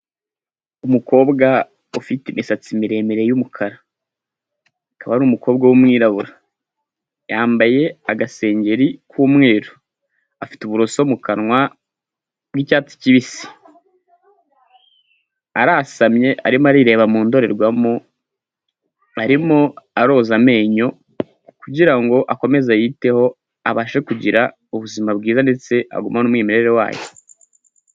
Umukobwa ufite imisatsi miremire y'umukara. Akaba ari umukobwa w'umwirabura, yambaye agasengeri k'umweru, afite uburoso mu kanwa bw'icyatsi kibisi. Arasamye arimo arireba mu ndorerwamu arimo aroza amenyo kugira ngo akomeze yiyiteho abashe kugira ubuzima bwiza ndetse agumane umwimerere wayo.